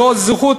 זו זכות